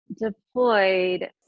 Deployed